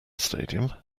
stadium